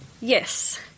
Yes